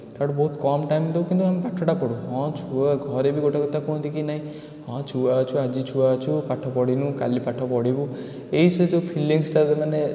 ତା'ଠୁ ବହୁତ କମ୍ ଟାଇମ୍ ଦେଉ କିନ୍ତୁ ଆମେ ପାଠଟା ପଢୁ ହଁ ଛୁଆ ଘରେ ବି ଗୋଟେ କଥା କୁହନ୍ତି କି ନାହିଁ ହଁ ଛୁଆ ଅଛୁ ଆଜି ଛୁଆ ଅଛୁ ପାଠ ପଢ଼ିନୁ କାଲି ପାଠ ପଢ଼ିବୁ ଏହି ସେ ଯେଉଁ ଫିଲିଙ୍ଗ୍ସ୍ଟା ମାନେ